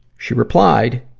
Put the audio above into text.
she replied,